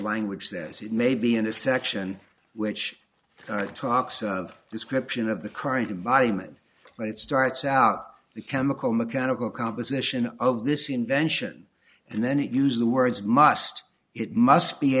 language says it may be in a section which talks of description of the current environment but it starts out the chemical mechanical composition of this invention and then it use the words must it must be